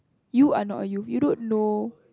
you are not a youth you don't know